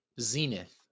zenith